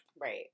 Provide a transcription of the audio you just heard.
Right